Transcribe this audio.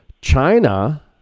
China